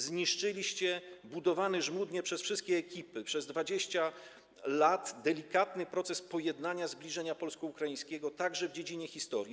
Zniszczyliście budowany żmudnie przez wszystkie ekipy przez 20 lat delikatny proces pojednania, zbliżenia polsko-ukraińskiego, także w dziedzinie historii.